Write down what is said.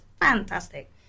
fantastic